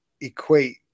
equate